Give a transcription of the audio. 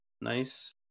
nice